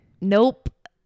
Nope